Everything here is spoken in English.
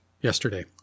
yesterday